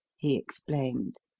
he explained.